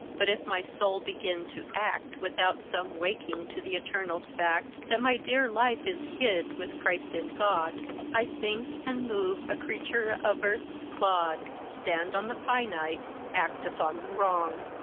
but if my soul begin to act without some waking to the eternal fact that my dear life is hid with christ in god i think and move a creature of earth's clod, stand on the finite, act upon the wrong.